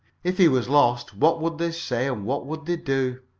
if he was lost, what would they say and what would they do?